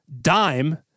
dime